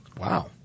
Wow